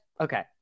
okay